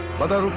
mother